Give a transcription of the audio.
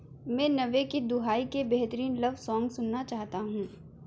میں نوے کی دہائی کے بہترین لو سانگ سننا چاہتا ہوں